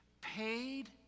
paid